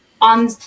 on